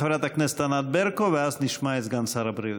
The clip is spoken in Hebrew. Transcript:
חברת הכנסת ענת ברקו, ואז נשמע את סגן שר הבריאות.